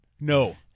No